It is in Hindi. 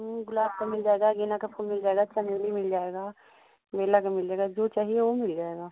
गुलाब का मिल जाएगा गेंदा फूल मिल जाएगा चमेली मिल जाएगा बेला का मिलेगा जो चाहिए वह मिल जाएगा